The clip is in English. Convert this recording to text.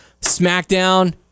Smackdown